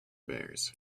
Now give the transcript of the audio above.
bears